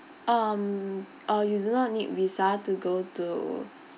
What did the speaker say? um uh you do not need visa to go to